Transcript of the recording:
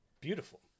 Beautiful